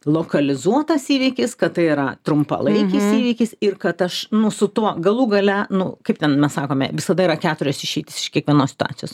lokalizuotas įvykis kad tai yra trumpalaikis įvykis ir kad aš nu su tuo galų gale nu kaip ten mes sakome visada yra keturios išeitys iš kiekvienos situacijos